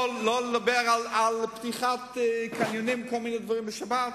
אני לא מדבר על פתיחת קניונים וכל מיני דברים בשבת,